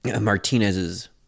martinez's